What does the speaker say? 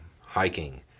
hiking